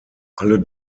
alle